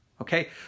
Okay